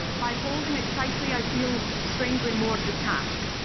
by holding it tightly, i feel strangely more detached.